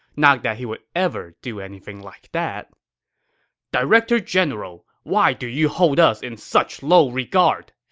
not that he would ever do anything like that director general, why do you hold us in such low regard?